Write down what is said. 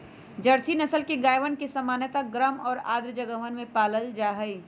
Jersey नस्ल के गायवन के सामान्यतः गर्म और आर्द्र जगहवन में पाल्ल जाहई